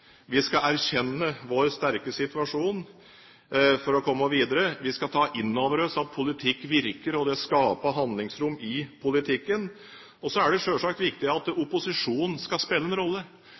vi skal erkjenne vår sterke situasjon for å komme videre. Vi skal ta inn over oss at politikk virker. Det skaper handlingsrom i politikken. Og så er det selvsagt viktig at opposisjonen skal spille en rolle.